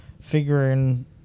Figuring